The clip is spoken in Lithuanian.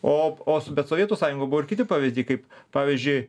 o o bet sovietų sąjunga buvo ir kiti pavyzdžiai kaip pavyzdžiui